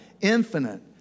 infinite